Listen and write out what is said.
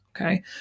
okay